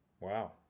wow